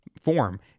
form